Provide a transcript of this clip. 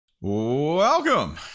welcome